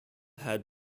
had